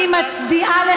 אני מצדיעה לך.